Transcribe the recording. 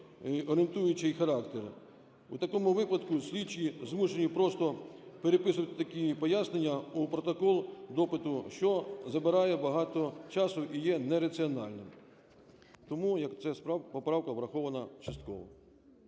орієнтуючий характер. У такому випадку слідчі змушені просто переписувати такі пояснення у протокол допиту, що забирає багато часу і є нераціональним. Тому ця поправка врахована частково.